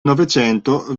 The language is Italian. novecento